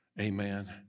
Amen